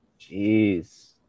Jeez